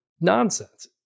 nonsense